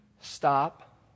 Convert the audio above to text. stop